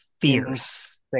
fierce